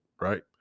Right